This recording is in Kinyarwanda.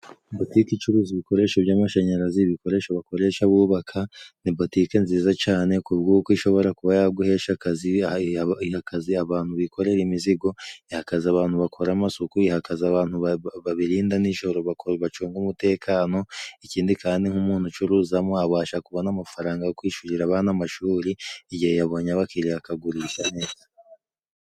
Butike icuruza ibikoresho by'amashanyarazi, ibikoresho bakoresha bubaka, ni butike nziza cane kuko ishobora kuba yaguhesha akazi, iha akazi abantu bikorera imizigo, iha akazi abantu bakoramo isuku, iha akazi abantu babirinda n'ijoro bacunga umutekano, ikindi kandi nk'umuntu ucuruzamo abasha kubona amafaranga yo kwishurira abana amashuri igihe yabonye abakiriya akagurisha neza.